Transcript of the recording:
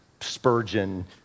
Spurgeon